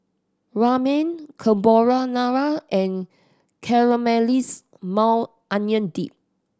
Ramen Carbonara and Caramelize Maui Onion Dip